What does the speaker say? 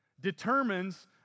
determines